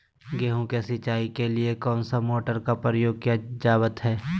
गेहूं के सिंचाई के लिए कौन सा मोटर का प्रयोग किया जावत है?